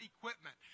equipment